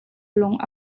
lung